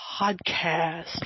Podcast